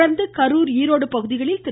தொடர்ந்து கரூர் ஈரோடு பகுதிகளில் திரு